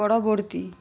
পরবর্তী